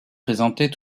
présentait